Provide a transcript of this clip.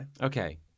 Okay